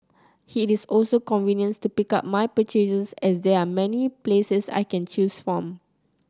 it is also convenient to pick up my purchases as there are many places I can choose from